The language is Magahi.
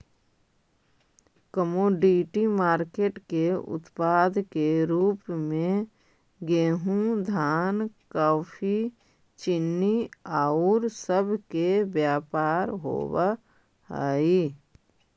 कमोडिटी मार्केट के उत्पाद के रूप में गेहूं धान कॉफी चीनी औउर सब के व्यापार होवऽ हई